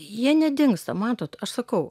jie nedingsta matot aš sakau